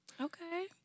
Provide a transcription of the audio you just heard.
Okay